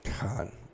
God